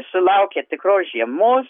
sulaukę tikros žiemos